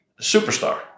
superstar